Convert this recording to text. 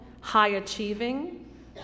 high-achieving